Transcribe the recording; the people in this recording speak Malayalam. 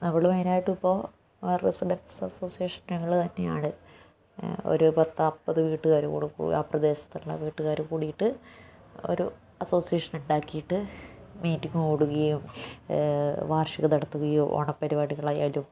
അവളും അതിനായിട്ടിപ്പോൾ റെസിഡൻസ് അസോസിയേഷൻ ഞങ്ങൾ തന്നെയാണ് ഒരു പത്തമ്പത് വീട്ടുകാര് കൂടുമ്പോൾ ആ പ്രദേശത്തുള്ള വീട്ടുകാര് കൂടിയിട്ട് ഒരു അസോസിയേഷൻ ഉണ്ടാക്കിയിട്ട് മീറ്റിങ്ങ് കൂടുകയും വാർഷികം നടത്തുകയും ഓണപ്പരിപാടികൾ ആയാലും